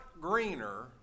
greener